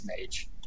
mage